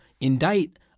indict